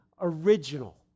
original